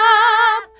up